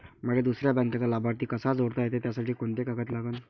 मले दुसऱ्या बँकेचा लाभार्थी कसा जोडता येते, त्यासाठी कोंते कागद लागन?